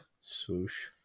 swoosh